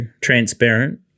transparent